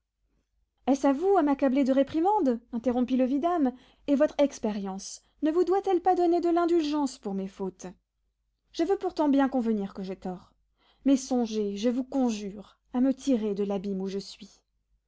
est-ce à vous à m'accabler de réprimandes interrompit le vidame et votre expérience ne vous doit-elle pas donner de l'indulgence pour mes fautes je veux pourtant bien convenir que j'ai tort mais songez je vous conjure à me tirer de l'abîme où je suis